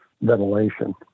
ventilation